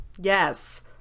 Yes